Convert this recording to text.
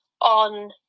on